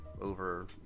over